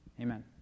amen